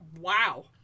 Wow